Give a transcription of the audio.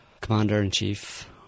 Commander-in-Chief